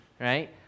right